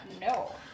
no